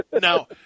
Now